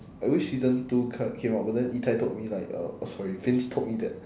I wish season two ca~ came out but then yi tai told me like uh oh sorry vince told me that